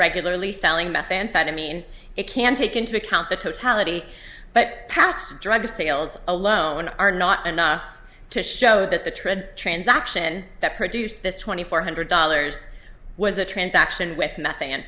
regularly selling meth amphetamine it can take into account the totality but past drug sales alone are not enough to show that the tread transaction that produced this twenty four hundred dollars it was a transaction with